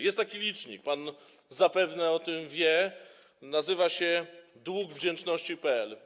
Jest taki licznik, pan zapewne o tym wie, nazywa się: dlugwdziecznosci.pl.